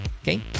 okay